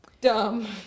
Dumb